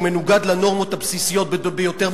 שהוא מנוגד לנורמות הבסיסיות ביותר,